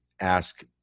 ask